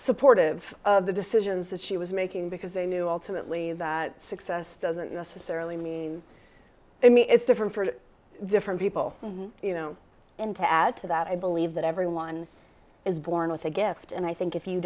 supportive of the decisions that she was making because they knew alternately that success doesn't necessarily mean they mean it's different for different people you know and to add to that i believe that everyone is born with a gift and i think if you